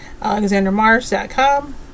alexandermars.com